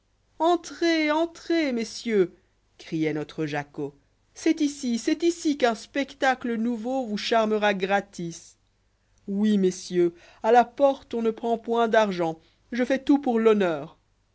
entrez entrez messieurs crioit notre jacqueau g estiei c'est ici qu'un spectacle nouveau vous charmera gratis oui messieurs à la porte on ne prend point d'argent je fais'tput pour l'honneur